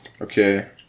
Okay